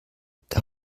der